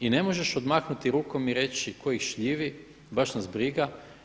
I ne možeš odmahnuti rukom i reći tko ih šljivi, baš nas briga.